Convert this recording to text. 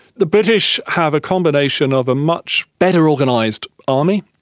the british have a combination of a much better organised army,